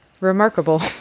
Remarkable